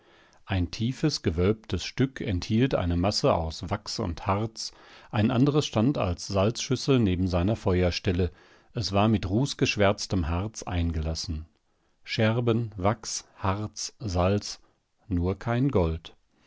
ein tiefes gewölbtes stück enthielt eine masse aus wachs und harz ein anderes stand als salzschüssel neben seiner feuerstelle es war mit rußgeschwärztem harz eingelassen scherben wachs harz salz nur kein gold